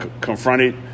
confronted